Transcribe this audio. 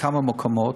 בכמה מקומות,